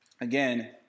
Again